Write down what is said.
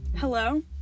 hello